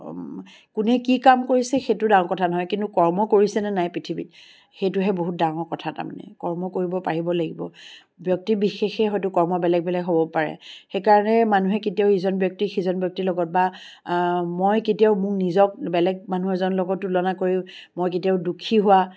কোনে কি কাম কৰিছে সেইটো ডাঙৰ কথা নহয় কিন্তু কৰ্ম কৰিছেনে নাই পৃথিৱীত সেইটোহে বহুত ডাঙৰ কথা এটা তাৰমানে কৰ্ম কৰিব পাৰিব লাগিব ব্যক্তি বিশেষে হয়তো কৰ্ম বেলেগ বেলেগ হ'ব পাৰে সেইকাৰণে মানুহে কেতিয়াও ইজন ব্যক্তি সিজন ব্যক্তিৰ লগত বা মই কেতিয়াও মোক নিজক বেলেগ মানুহ এজনৰ লগত তুলনা কৰি মই কেতিয়াও দুখী হোৱা